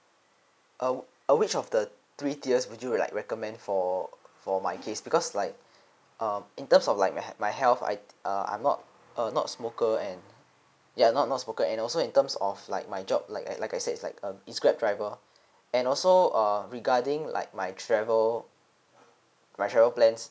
uh uh which of the three tiers would you like recommend for for my case because like err in terms of like have my health item uh I'm not uh not smoker and ya not not smoker and also in terms of like my job like I like I said is like (un) it's grab driver and also uh regarding like my travel my travel plans